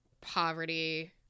poverty